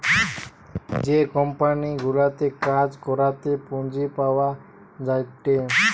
যে কোম্পানি গুলাতে কাজ করাতে পুঁজি পাওয়া যায়টে